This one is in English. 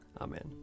Amen